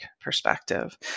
perspective